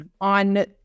on